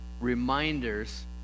reminders